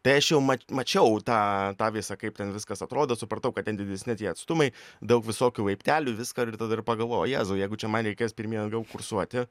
tai aš jau ma mačiau tą tą visą kaip ten viskas atrodo supratau kad ten didesni tie atstumai daug visokių laiptelių viską ir tada ir pagalvojau jėzau jeigu čia man reikės pirmyn atgal kursuoti